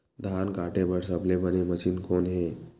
धान काटे बार सबले बने मशीन कोन हे?